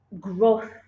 growth